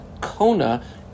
Kona